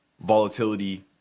volatility